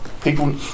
people